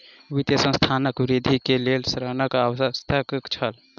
वित्तीय संस्थानक वृद्धि के लेल ऋणक आवश्यकता छल